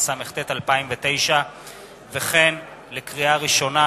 התשס"ט 2009. לקריאה ראשונה,